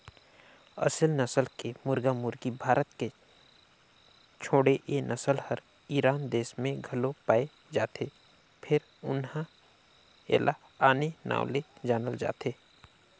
असेल नसल के मुरगा मुरगी भारत के छोड़े ए नसल हर ईरान देस में घलो पाये जाथे फेर उन्हा एला आने नांव ले जानल जाथे